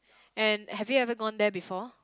and have you ever gone there before